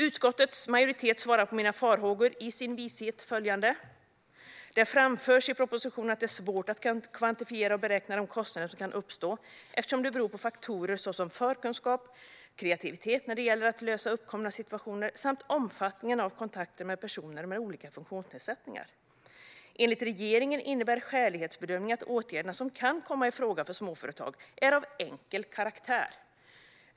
Utskottets majoritet svarar i sin vishet följande på mina farhågor: "Där framförs att det är svårt att kvantifiera och beräkna de kostnader som kan uppstå eftersom de beror på faktorer såsom förkunskap, kreativitet när det gäller att lösa uppkomna situationer samt omfattningen av kontakter med personer med olika funktionsnedsättningar. Enligt regeringen innebär skälighetsbedömningen att åtgärderna som kan komma i fråga för småföretag är av enkel karaktär.